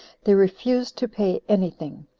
they refused to pay any thing,